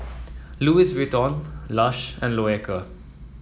Louis Vuitton Lush and Loacker